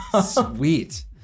Sweet